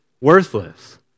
worthless